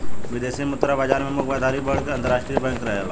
विदेशी मुद्रा बाजार में मुख्य भागीदार बड़ अंतरराष्ट्रीय बैंक रहेला